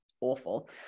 awful